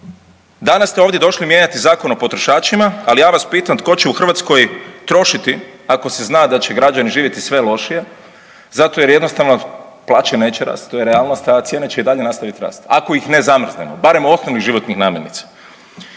Danas ste ovdje došli mijenjati Zakon o potrošačima, ali ja vas pitam tko će u Hrvatskoj trošiti ako se zna da će građani živjeti sve lošije, zato jer jednostavno plaće neće rasti to je realnost, a cijene će i dalje nastaviti rasti ako ih ne zamrznemo barem osnovnih životnih namirnica.